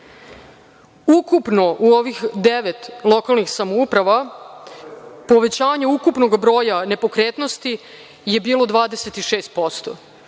u ovih devet lokalnih samouprava povećanje ukupnog broja nepokretnosti je bilo 26%.